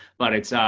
but it's,